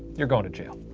you're going to jail.